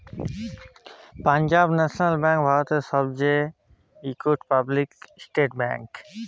Punjab national bank ভারতের ইকট public sector bank